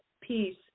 Peace